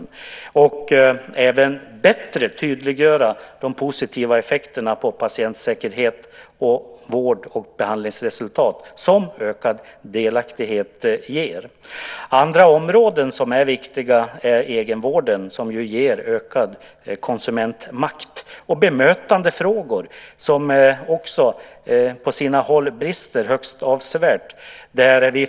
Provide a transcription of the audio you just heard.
Det gäller även att bättre tydliggöra de positiva effekter på patientsäkerhet och vård och behandlingsresultat som ökad delaktighet ger. Andra områden som är viktiga är egenvården, som ju ger ökad konsumentmakt, och bemötandefrågor. Också där brister det högst avsevärt på sina håll.